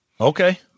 Okay